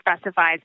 specifies